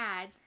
add